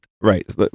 Right